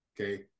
okay